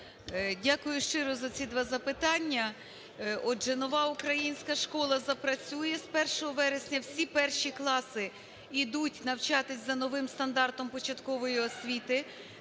Дякую щиро за ці два запитання. Отже, нова українська школа запрацює з 1 вересня. Всі перші класи ідуть навчатися за новим стандартом початкової освіти.